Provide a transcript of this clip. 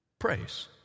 praise